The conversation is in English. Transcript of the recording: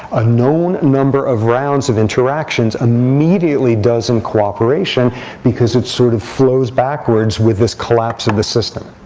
a known number of rounds of interactions immediately does in cooperation because it sort of flows backwards with this collapse of the system.